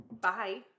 bye